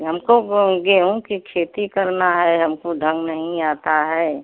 हमको गेहूँ की खेती करना है हमको ढंग नहीं आता है